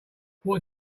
what